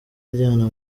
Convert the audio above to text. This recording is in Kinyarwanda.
iryana